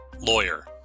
lawyer